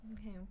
Okay